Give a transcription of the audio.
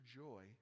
joy